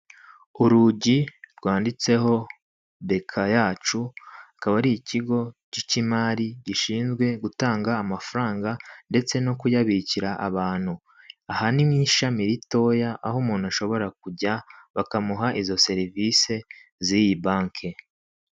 Urugi rwanditseho Bekayacu akaba ari ikigo cy'imari gishinzwe gutanga amafaranga ndetse no kuyabikira abantu, ahanini ni nk' ishami ritoya aho umuntu ashobora kujya bakamuha izo serivisi z'iyi banki.